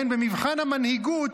במבחן המנהיגות,